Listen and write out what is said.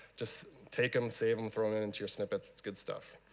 just take them, save them, throw them into your snippets. good stuff.